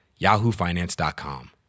yahoofinance.com